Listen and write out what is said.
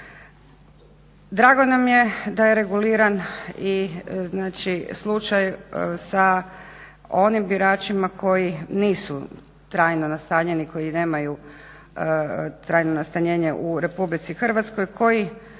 Drago nam je da je reguliran i znači slučaj sa onim biračima koji nisu trajno nastanjeni, koji nemaju trajno nastanjenje u Republici Hrvatskoj, koji